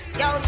yo